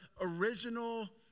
original